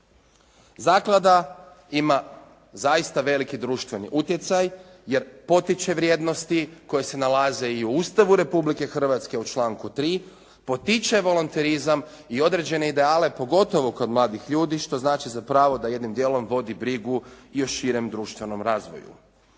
Zaklada ima zaista veliki društveni utjecaj, jer potiče vrijednosti koje se nalaze i u Ustavu Republike Hrvatske u članku 3., potiče volonterizam i određene ideale pogotovo kod mladih ljudi što znači za pravo da jednim dijelom vodi brigu i o širem društvenom razvoju.